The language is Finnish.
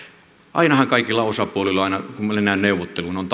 ainahan kaikilla osapuolilla kun mennään neuvotteluun on